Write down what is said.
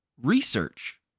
research